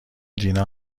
دینا